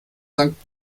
sankt